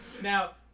Now